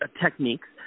techniques